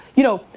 you know,